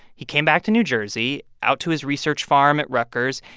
he came back to new jersey out to his research farm at rutgers,